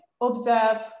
observe